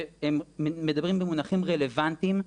ומדברים במונחים רלוונטיים.